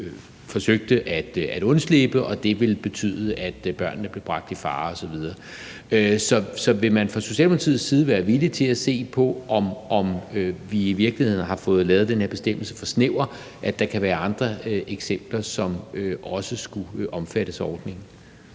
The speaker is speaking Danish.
forsøgte at undslippe, og det ville betyde, at børnene blev bragt i fare osv. Så vil man fra Socialdemokratiets side være villig til at se på, om vi i virkeligheden har fået lavet den her bestemmelse for snæver, fordi der kan være andre eksempler, som også skulle omfattes af ordningen?